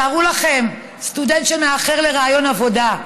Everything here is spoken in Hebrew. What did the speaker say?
תארו לכם סטודנט שמאחר לריאיון עבודה,